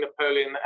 Napoleon